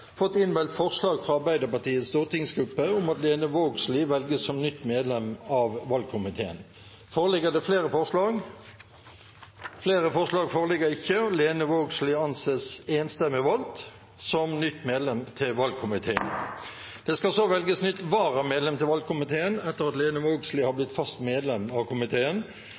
fått innmeldt forslag fra Arbeiderpartiets stortingsgruppe om at Lene Vågslid velges som nytt medlem av valgkomiteen. Flere forslag foreligger ikke, og Lene Vågslid anses enstemmig valgt som nytt medlem til valgkomiteen. Det skal så velges nytt varamedlem til valgkomiteen etter at Lene Vågslid har blitt fast medlem av komiteen.